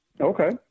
Okay